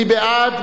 מי בעד?